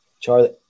Charlie